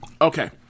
Okay